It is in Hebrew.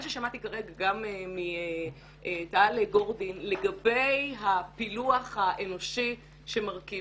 מה ששמעתי כרגע גם מתא"ל גורדין לגבי הפילוח האנושי שמרכיב,